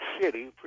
City